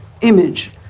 image